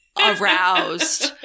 aroused